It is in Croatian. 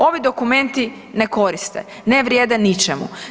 Ovi dokumenti ne koriste, ne vrijede ničemu.